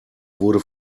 wurde